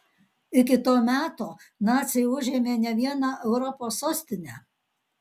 iki to meto naciai užėmė ne vieną europos sostinę